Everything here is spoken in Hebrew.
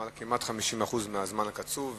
כמעט 50% מהזמן הקצוב.